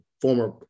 former